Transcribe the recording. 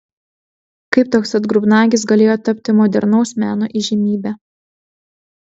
kaip toks atgrubnagis galėjo tapti modernaus meno įžymybe